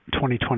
2020